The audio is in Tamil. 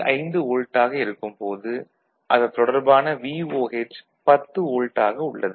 5 வோல்ட் ஆக இருக்கும் போது அதன் தொடர்பான VOH 10 வோல்ட் ஆக உள்ளது